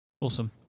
Awesome